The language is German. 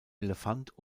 elefant